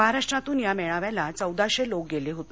महाराष्ट्रातून या मेळाव्याला चौदाशे लोक गेले होते